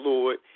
Lord